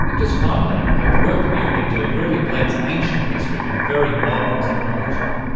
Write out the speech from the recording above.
ah just finally, the work that you've been doing really blends ancient history with a very modern technology.